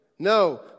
No